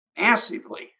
massively